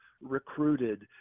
recruited